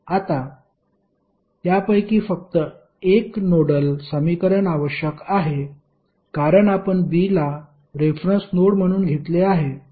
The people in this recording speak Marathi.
आता त्यापैकी फक्त एक नोडल समीकरण आवश्यक आहे कारण आपण B ला रेफरन्स नोड म्हणून घेतले आहे